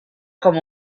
com